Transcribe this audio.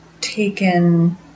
taken